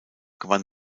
gewann